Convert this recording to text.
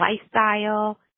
lifestyle